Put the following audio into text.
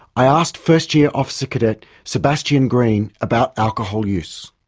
i asked first-year officer cadet sebastian green about alcohol use.